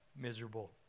miserable